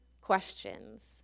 questions